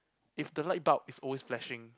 if the lightbulb is always flashing